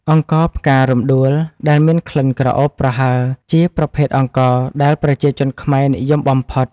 អង្ករផ្ការំដួលដែលមានក្លិនក្រអូបប្រហើរ ជាប្រភេទអង្ករដែលប្រជាជនខ្មែរនិយមបំផុត។